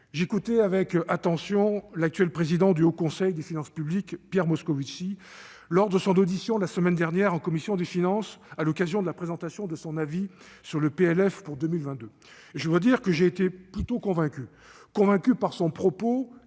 J'écoutais avec attention l'actuel président du Haut Conseil des finances publiques, Pierre Moscovici, lors de son audition la semaine dernière par la commission des finances, à l'occasion de la présentation de son avis sur le projet de loi de finances pour 2022. Je dois dire que j'ai été plutôt convaincu. Convaincu par son propos et